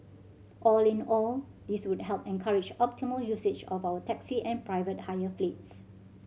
all in all this would help encourage optimal usage of our taxi and private hire fleets